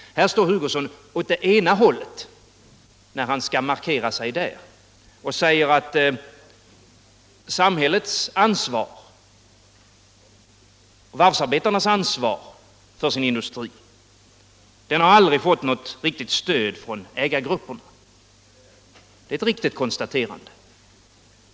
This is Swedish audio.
När herr Hugosson skall göra en markering åt ena hållet säger han att samhällets ansvar, varvsarbetarnas ansvar för sin industri, aldrig har fått något ordentligt stöd från ägargrupperna. Det är ett riktigt konstaterande.